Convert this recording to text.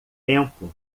tempo